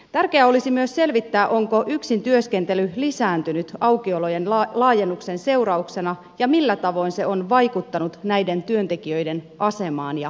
tärkeää olisi myös selvittää onko yksintyöskentely lisääntynyt aukiolojen laajennuksen seurauksena ja millä tavoin se on vaikuttanut näiden työntekijöiden asemaan ja työntekoon